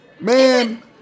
Man